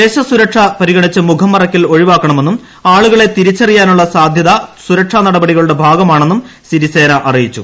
ദേശസുരക്ഷ പരിഗണിച്ച് മുഖം മറയ്ക്കൽ ഒഴിവാക്കണമെന്നും ആളുകളെ തിരിച്ചറിയാനുള്ള സാധൃത സുരക്ഷാനടപടികളുടെ ഭാഗമാണെന്നും സിരിസേന അറിയിച്ചു